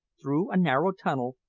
through a narrow tunnel,